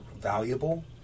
valuable